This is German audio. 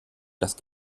das